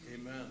Amen